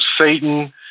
Satan